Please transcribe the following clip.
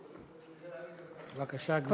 בבקשה, גברתי.